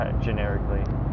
Generically